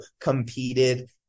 competed